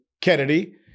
Kennedy